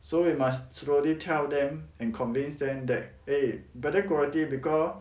so you must slowly tell them and convince them that eh better quality becau~